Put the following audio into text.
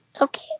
Okay